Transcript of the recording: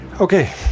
okay